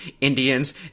Indians